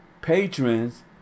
patrons